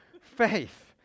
faith